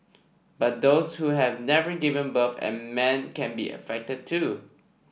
but those who have never given birth and men can be affected too